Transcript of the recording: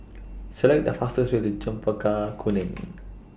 Select The fastest Way to Chempaka Kuning